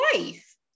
life